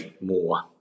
more